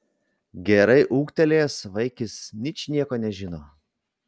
gerai ūgtelėjęs vaikis ničnieko nežino